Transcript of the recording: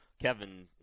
Kevin